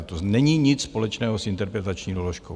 To není nic společného s interpretační doložkou.